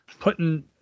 putting